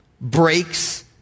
breaks